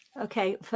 okay